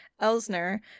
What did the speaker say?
Elsner